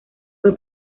fue